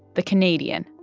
the canadian,